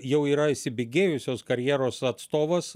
jau yra įsibėgėjusios karjeros atstovas